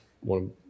one